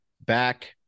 back